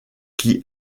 qui